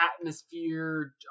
atmosphere